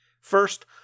First